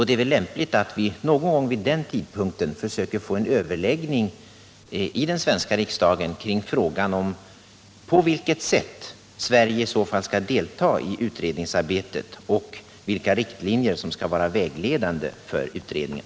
Det är väl lämpligt att vi någon gång vid den tidpunkten försöker få en överläggning i den svenska riksdagen beträffande frågan om på vilket sätt Sverige i så fall skall delta i utredningsarbetet och om vilka riktlinjer som skall vara vägledande för utredningen.